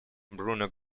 bruno